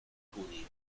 judío